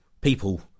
people